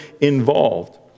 involved